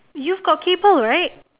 you've got cable right